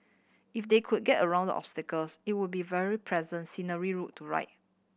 if they could get around these obstacles it would be a very pleasant scenic route to ride